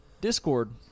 Discord